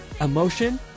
Emotion